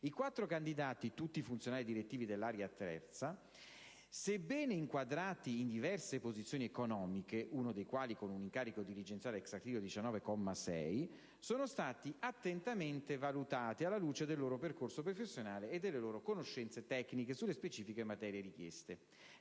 I quattro candidati, tutti funzionari direttivi dell'area III - sebbene inquadrati in diverse posizioni economiche, uno dei quali con un incarico dirigenziale *ex* articolo 19, comma 6, sono stati attentamente valutati alla luce del loro percorso professionale e delle loro conoscenze tecniche sulle specifiche materie richieste.